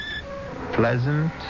pleasant